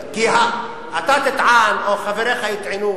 אתה תטען, או חבריך יטענו,